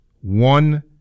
one